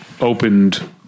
opened